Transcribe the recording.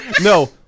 No